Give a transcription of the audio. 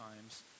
times